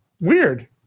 weird